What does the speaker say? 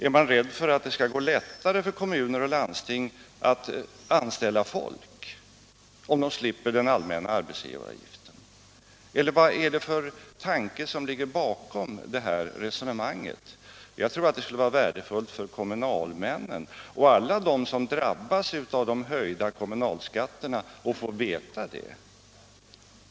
Är man rädd för att det skall gå lättare för kommuner och landsting att anställa folk, om de slipper den allmänna arbetsgivaravgiften, eller vilken tanke ligger bakom detta resonemang? Det skulle vara värdefullt för kommunalmännen och alla de som drabbas av de höjda kommunalskatterna att få veta detta.